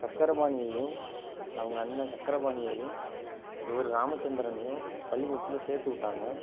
சக்கரபாணியையும் அவங்க அண்ணன் சக்கரபாணியையும் இவர் ராமச்சந்திரனையும் பள்ளிக்கூடத்தில் சேர்த்து விட்டாங்க